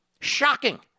Shocking